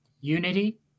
unity